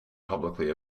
publicly